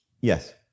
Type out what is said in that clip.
Yes